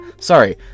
sorry